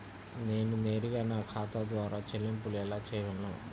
నేను నేరుగా నా ఖాతా ద్వారా చెల్లింపులు ఎలా చేయగలను?